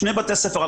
שני בתי ספר.